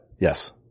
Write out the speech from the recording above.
Yes